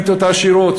של האליטות העשירות,